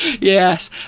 Yes